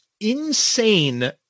insane